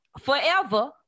Forever